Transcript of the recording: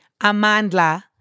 Amandla